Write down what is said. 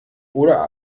oder